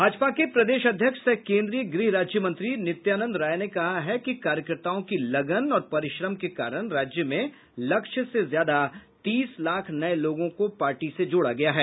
भाजपा के प्रदेश अध्यक्ष सह केन्द्रीय गृह राज्यमंत्री नित्यानंद राय ने कहा है कि कार्यकर्ताओं की लगन और परिश्रम के कारण राज्य में लक्ष्य से ज्यादा तीस लाख नये लोगों को पार्टी से जोड़ा गया है